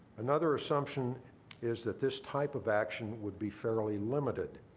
another assumption is that this type of action would be fairly limited.